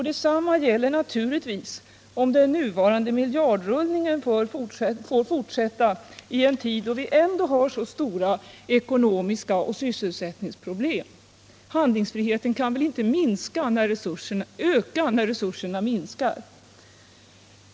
Detsamma gäller naturligtvis om den nuvarande miljardrullningen får fortsätta i en tid då vi ändå har så stora ekonomiska problem och sysselsättningsproblem. Handlingsfriheten kan inte öka när resurserna minskar.